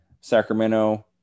Sacramento